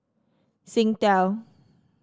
singtel